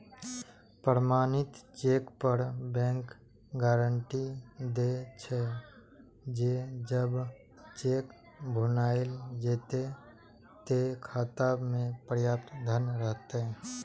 प्रमाणित चेक पर bank guarantee दै छे, जे जब चेक भुनाएल जेतै, ते खाता मे पर्याप्त धन रहतै